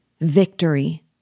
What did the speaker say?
Victory